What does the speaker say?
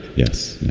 yes.